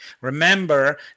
Remember